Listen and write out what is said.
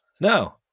No